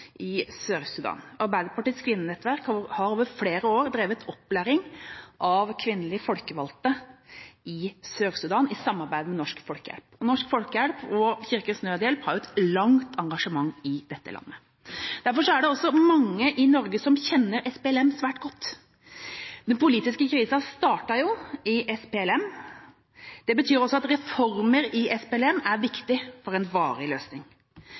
i Sør-Sudan. Arbeiderpartiets kvinnenettverk har over flere år drevet opplæring av kvinnelige folkevalgte i Sør-Sudan i samarbeid med Norsk Folkehjelp. Norsk Folkehjelp og Kirkens Nødhjelp har et langt engasjement i dette landet. Derfor er det også mange i Norge som kjenner SPLM svært godt. Den politiske krisen startet i SPLM. Det betyr også at reformer i SPLM er viktig for en varig løsning.